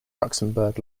luxembourg